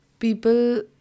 people